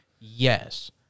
Yes